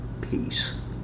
peace